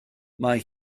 mae